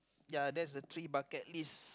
ya that's the three bucket list